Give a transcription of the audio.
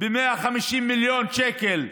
ב-150 מיליון שקל.